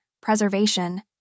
preservation